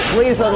Please